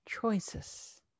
choices